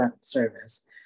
Service